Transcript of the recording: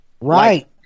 Right